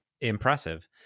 Impressive